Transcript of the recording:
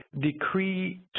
Decree